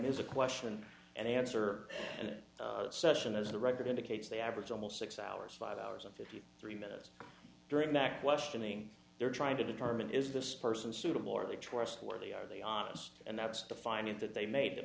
is a question and answer session as the record indicates they average almost six hours five hours and fifty three minutes during that questioning they're trying to determine is this person suitable or they trustworthy are they honest and that's fine and that they made that